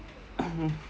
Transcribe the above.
hmm